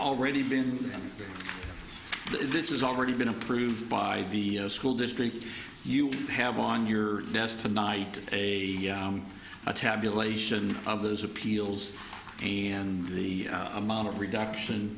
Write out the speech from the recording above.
already been this is already been approved by the school district you have on your desk tonight a tabulation of those appeals and the amount of reduction